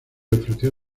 ofreció